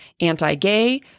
anti-gay